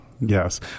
Yes